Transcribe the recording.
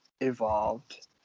evolved